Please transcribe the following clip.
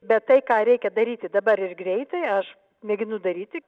bet tai ką reikia daryti dabar ir greitai aš mėginu daryti